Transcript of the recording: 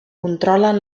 controlen